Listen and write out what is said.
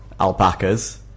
alpacas